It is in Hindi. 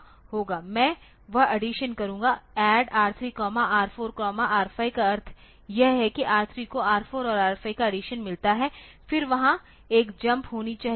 मैं वह अडीसन करूंगा ADD R3 R4 R5 का अर्थ यह कि R3 को R4 और R5 का अडीसन मिलता है फिर वहाँ एक जंप होनी चाहिए